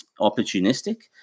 opportunistic